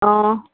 ꯑꯣ